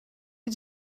est